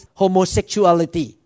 homosexuality